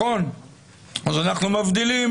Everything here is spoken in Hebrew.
אז אנחנו מבדילים